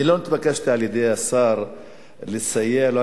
אני לא התבקשתי על-ידי השר לסייע לו,